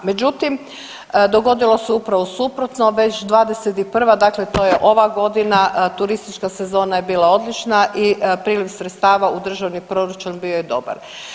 Međutim, dogodilo se upravo suprotno, već 2021. dakle to je ova godina, turistička sezona bila je odlična i priliv sredstava u Državni proračun bio je dobar.